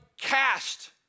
cast